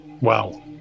wow